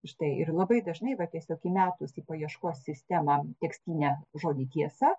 štai ir labai dažnai va tiesiog įmetus į paieškos sistemą tekstyne žodį tiesa